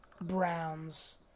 Browns